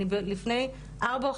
לפני ארבע,